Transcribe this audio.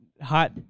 hot